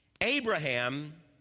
Abraham